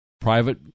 private